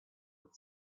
with